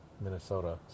Minnesota